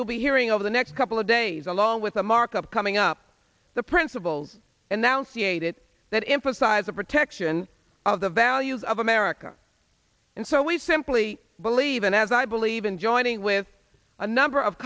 you'll be hearing over the next couple of days along with a markup coming up the principles and now cia did that emphasize the protection of the values of america and so we simply believe and as i believe in joining with a number of